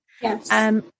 Yes